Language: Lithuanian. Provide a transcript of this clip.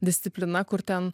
disciplina kur ten